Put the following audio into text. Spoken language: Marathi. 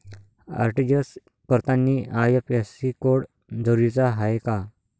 आर.टी.जी.एस करतांनी आय.एफ.एस.सी कोड जरुरीचा हाय का?